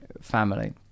family